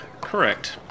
Correct